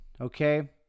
Okay